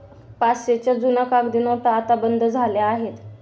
पाचशेच्या जुन्या कागदी नोटा आता बंद झाल्या आहेत